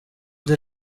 the